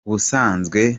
ubusanzwe